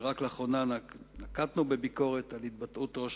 ורק לאחרונה נקטנו ביקורת על התבטאות ראש